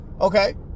okay